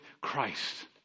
Christ